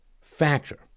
factor